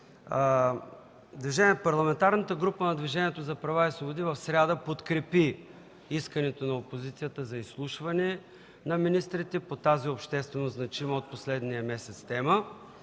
Парламентарната група на Движението за права и свободи в сряда подкрепи искането на опозицията за изслушване на министрите по тази обществено значима от последния месец тема.